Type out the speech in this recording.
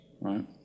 right